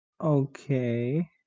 Okay